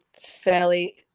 fairly